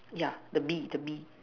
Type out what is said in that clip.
ya the bee the bee